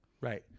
Right